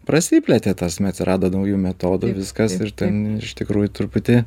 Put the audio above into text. prasiplėtė ta prasme atsirado naujų metodų viskas ir ten iš tikrųjų truputį